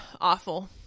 Awful